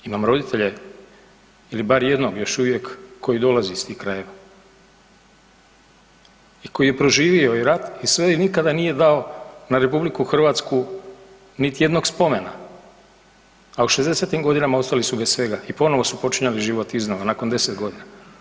Imam roditelje ili bar jednog još uvijek koji dolazi iz tih krajeva i koji je proživio i rat i sve i nikada nije dao na RH niti jednog spomena, a u šezdesetim godinama ostali su bez svega i ponovo su počinjali život iznova nakon 10 godina.